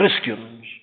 Christians